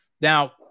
Now